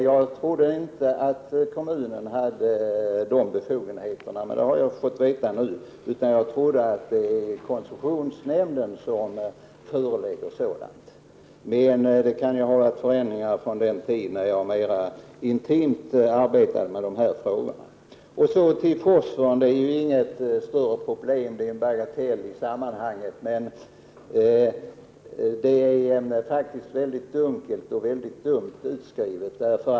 Jag visste inte att kommunerna hade de befogenheter som statsrådet talade om, utan jag trodde att det var koncessionsnämnden som stod för föreläggandena. Men det kan ju ha skett förändringar sedan jag intimt arbetade med dessa frågor. Fosforn utgör inget större problem; den är en bagatell i sammanhanget. Den aktuella skrivningen är mycket dunkel.